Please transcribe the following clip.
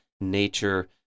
nature